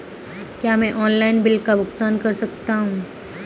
क्या मैं online bill का भुगतान कर सकता हूँ?